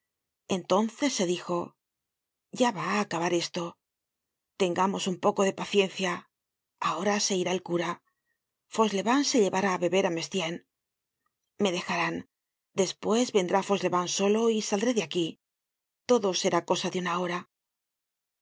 entonces se dijo ya va á acabar esto tengamos un poco de paciencia ahora se irá el cura fauchelevent se llevará á beber á mestienne me dejarán despues vendrá fauchelevent solo y saldré de aquí todo será cosa de una hora